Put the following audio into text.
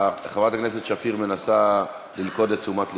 חברת הכנסת שפיר מנסה ללכוד את תשומת לבך.